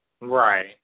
Right